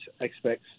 expects